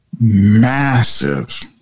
massive